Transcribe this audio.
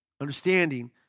Understanding